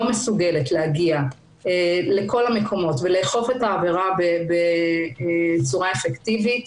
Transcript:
מסוגלת להגיע לכל המקומות ולאכוף את העבירה בצורה אפקטיבית,